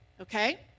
Okay